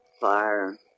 fire